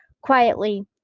quietly